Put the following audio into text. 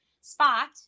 spot